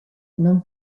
non